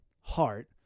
heart